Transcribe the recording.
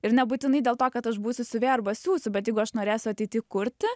ir nebūtinai dėl to kad aš būsiu siuvėja arba siųsiu bet jeigu aš norėsiu ateity kurti